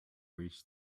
reach